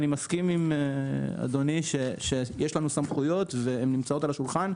אני מסכים עם אדוני שיש לנו סמכויות והן נמצאות על השולחן,